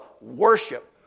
worship